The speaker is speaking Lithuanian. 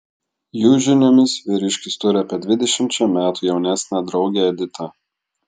jų žiniomis vyriškis turi apie dvidešimčia metų jaunesnę draugę editą